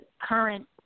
current